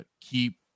keep